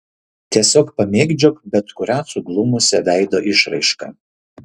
tiesiog pamėgdžiok bet kurią suglumusią veido išraišką